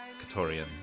Katorian